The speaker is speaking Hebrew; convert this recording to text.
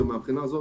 ומהבחינה הזאת